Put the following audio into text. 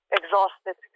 exhausted